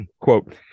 quote